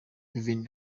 within